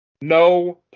No